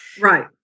Right